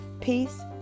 peace